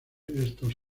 estos